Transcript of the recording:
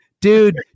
dude